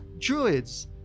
druids